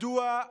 מדוע,